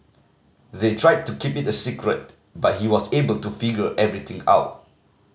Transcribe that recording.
they tried to keep it a secret but he was able to figure everything out